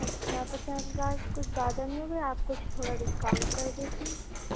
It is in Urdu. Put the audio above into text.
اچھا پچاس ہزار کچھ زیادہ نہیں ہو گئے آپ کچھ تھوڑا ڈسکاؤنٹ کر دیتی